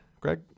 Greg